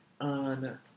on